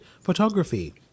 photography